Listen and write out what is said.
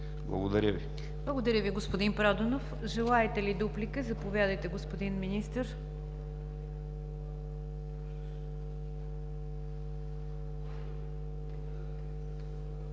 НИГЯР ДЖАФЕР: Благодаря Ви, господин Проданов. Желаете ли дуплика? Заповядайте, господин Министър.